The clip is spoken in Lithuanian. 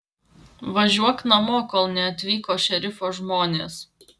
važiuok namo kol neatvyko šerifo žmonės